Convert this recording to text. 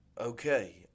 okay